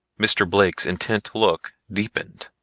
mr. blake's intent look deepened.